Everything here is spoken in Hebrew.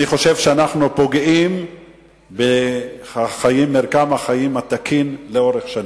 אני חושב שאנחנו פוגעים במרקם החיים התקין לאורך שנים.